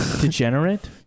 degenerate